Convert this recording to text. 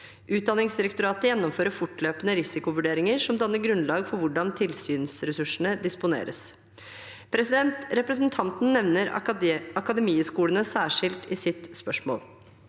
Utdanningsdirektoratet gjennomfører fortløpende risikovurderinger som danner grunnlag for hvordan tilsynsressursene disponeres. Representanten nevner Akademiet-skolene særskilt i sitt spørsmål.